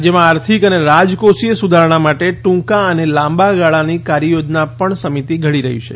રાજ્યમાં આર્થિક અને રાજકોષીય સુધારણા માટે ટૂંકા અને લાંબાગાળાની કાર્ય યોજના પણ સમિતી ઘડી રહી છે